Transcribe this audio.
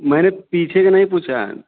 मैं पीछे की नहीं पूछ रहा